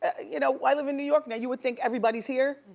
ah you know i live in new york now. you would think everybody's here.